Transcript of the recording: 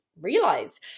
realize